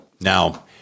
Now